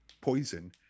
poison